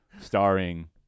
starring